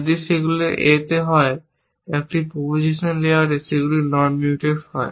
যদি সেগুলি A তে হয় একটি প্রপোজিশন লেয়ারে এবং সেগুলি নন Mutex হয়